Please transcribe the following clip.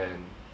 and